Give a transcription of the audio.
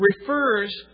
refers